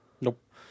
Nope